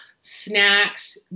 snacks